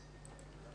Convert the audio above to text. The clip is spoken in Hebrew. אני אתכם.